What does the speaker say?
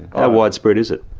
how widespread is it?